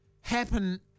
happen